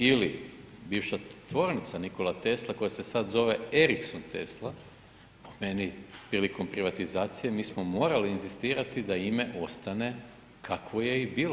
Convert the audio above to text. Ili bivša tvornica Nikola Tesla, koja se sad zove Ericsson Tesla, po meni velikom privatizacijom mi smo morali inzistirati da ime ostane kakvo je i bilo.